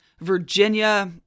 Virginia